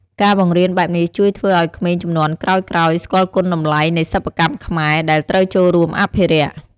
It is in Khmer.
ការបង្រៀនបែបនេះជួយធ្វើឲ្យក្មេងជំនាន់ក្រោយៗ ស្គាល់គុណតម្លៃនៃសិប្បកម្មខ្មែរ ដែលត្រូវចូលរួមអភិរក្ស ។